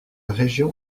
région